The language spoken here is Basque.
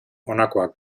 honakoak